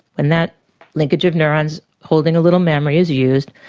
when that linkage of neurons holding a little memory is used,